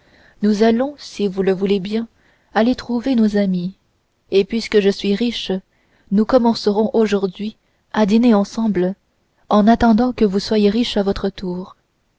nous allons si vous le voulez bien aller trouver nos amis et puisque je suis riche nous recommencerons aujourd'hui à dîner ensemble en attendant que vous soyez riches à votre tour